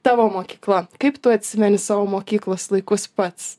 tavo mokykla kaip tu atsimeni savo mokyklos laikus pats